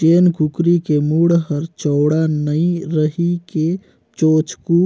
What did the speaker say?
जेन कुकरी के मूढ़ हर चउड़ा नइ रहि के चोचकू